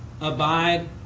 abide